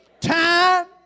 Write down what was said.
Time